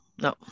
no